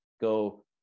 go